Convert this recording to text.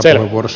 selvä